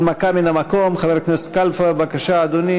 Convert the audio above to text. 12 בעד,